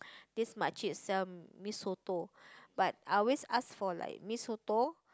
this Mak Cik sell mee soto but I always ask for like mee-soto